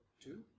two